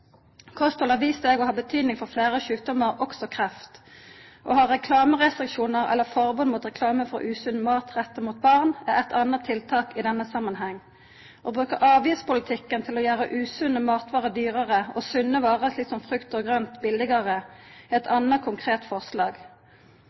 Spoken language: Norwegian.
Kosthald har vist seg å ha betydning for fleire sjukdomar, også kreft. Å ha reklamerestriksjonar eller forbod mot reklame for usunn mat retta mot barn er eit anna tiltak i denne samanhengen. Å bruka avgiftspolitikken til å gjera usunne matvarer dyrare og sunne varer, slik som frukt og grønt, billegare er eit